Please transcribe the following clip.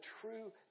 true